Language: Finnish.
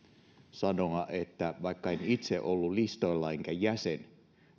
että vaikka en itse ollut listoilla enkä jäsen